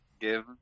give